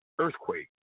Earthquake